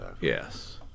Yes